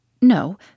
No